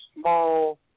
small